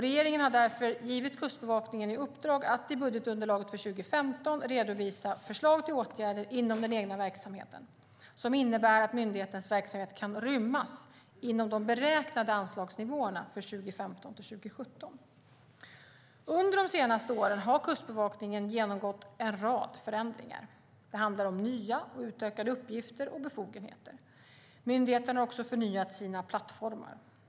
Regeringen har därför gett Kustbevakningen i uppdrag att i budgetunderlaget för 2015 redovisa förslag till åtgärder inom den egna verksamheten som innebär att myndighetens verksamhet kan rymmas inom de beräknade anslagsnivåerna för 2015-2017. Under de senaste åren har Kustbevakningen genomgått en rad förändringar. Det handlar om nya och utökade uppgifter och befogenheter. Myndigheten har också förnyat sina plattformar.